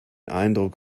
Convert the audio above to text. eindruck